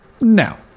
now